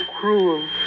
cruel